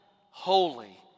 holy